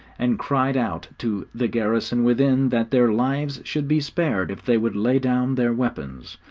and cried out to the garrison within that their lives should be spared if they would lay down their weapons.